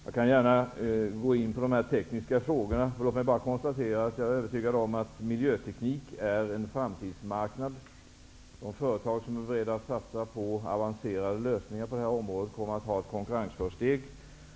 Jag kan gärna gå in på de tekniska frågorna. Låt mig bara konstatera att jag är övertygad om att miljöteknik är en framtidsmarknad. De företag som är beredda att satsa på avancerade lösningar på det här området kommer att ha ett konkurrensförsteg.